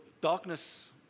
Darkness